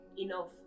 enough